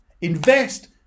Invest